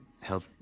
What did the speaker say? Help